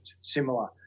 similar